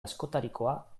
askotarikoa